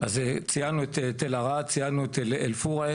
אז ציינו את תל ערד, ציינו את אל פורה,